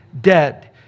dead